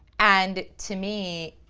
and to me,